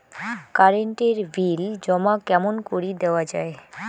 Current এর bill জমা কেমন করি দেওয়া যায়?